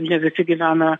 jie visi gyvena